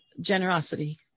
generosity